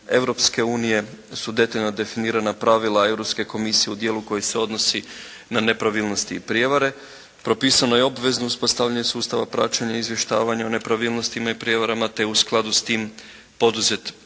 Europske unije su detaljno definirana pravila Europske Komisije u dijelu koji se odnosi na nepravilnosti i prijevare, propisano je obvezno uspostavljanje sustava praćenja, izvještavanja o nepravilnostima i prijevarama te u skladu s tim poduzet niz